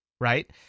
right